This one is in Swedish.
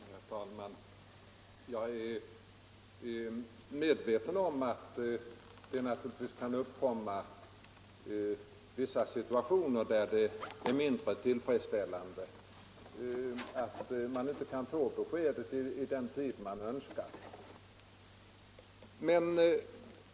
Herr talman! Jag är medveten om att det finns vissa situationer där det är mindre tillfredsställande att man inte kan få beskedet i så god tid som man önskar.